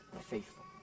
faithful